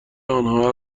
آنها